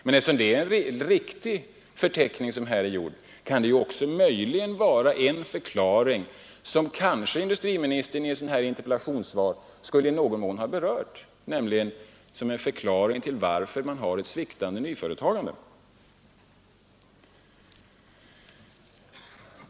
Men eftersom denna förteckning är riktig är den möjligen också en förklaring, som kanske industriministern i ett sådant här interpellationssvar skulle i någon mån ha berört, till att det förekommer ett sviktande nyföretagande.